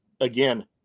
again